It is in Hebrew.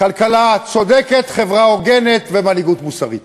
כלכלה צודקת, חברה הוגנת ומנהיגות מוסרית.